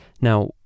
Now